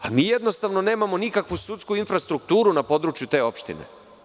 ali, mi jednostavno nemamo nikakvu sudsku infrastrukturu na području te opštine.